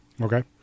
Okay